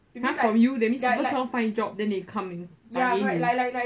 !huh! for you that means people cannot find job then they come and 打给你